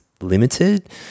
limited